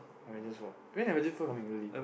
Avengers War when Avengers coming really